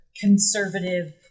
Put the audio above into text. conservative